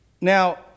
Now